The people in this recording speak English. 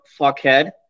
fuckhead